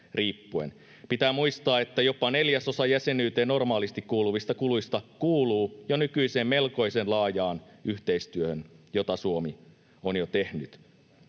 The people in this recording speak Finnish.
Pitää muistaa, että jopa neljäsosa jäsenyyteen normaalisti kuuluvista kuluista kuuluu jo nykyiseen melkoisen laajaan yhteistyöhön, jota Suomi on jo tehnyt.